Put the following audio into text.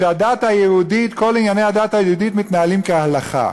שכל ענייני הדת היהודית מתנהלים כהלכה.